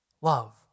love